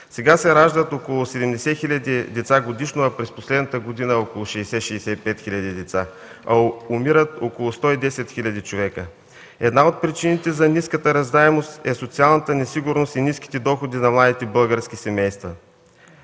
Сега се раждат около 70 хиляди деца годишно, през последната година – около 60-65 хиляди деца, а умират около 110 хиляди човека. Една от причините за ниската раждаемост е социалната несигурност и ниските доходи на младите български семейства.